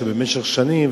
שבמשך שנים,